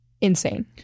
insane